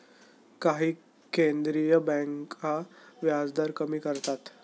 काही केंद्रीय बँका व्याजदर कमी करतात